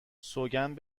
سوگند